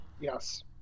Yes